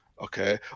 Okay